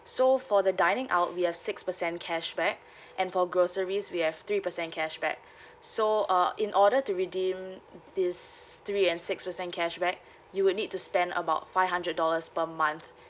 so for the dining out we have six percent cashback and for groceries we have three percent cashback so uh in order to redeem this three and six percent cashback you would need to spend about five hundred dollars per month